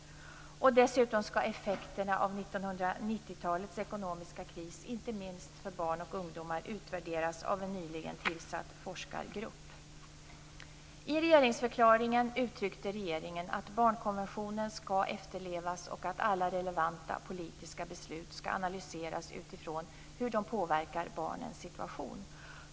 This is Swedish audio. Dessutom skall effekterna av 1990-talets ekonomiska kris, inte minst för barn och ungdomar, utvärderas av en nyligen tillsatt forskargrupp. I regeringsförklaringen uttryckte regeringen att barnkonventionen skall efterlevas och att alla relevanta politiska beslut skall analyseras utifrån hur de påverkar barnens situation.